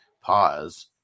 Pause